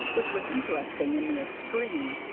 which was interesting in the extreme.